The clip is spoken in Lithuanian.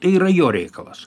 tai yra jo reikalas